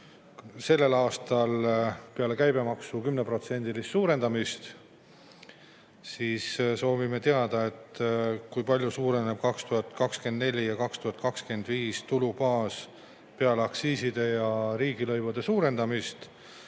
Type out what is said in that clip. sellel aastal peale käibemaksu 10%‑list suurendamist. Soovime teada, kui palju suureneb 2024. ja 2025. aastal tulubaas peale aktsiiside ja riigilõivude suurendamist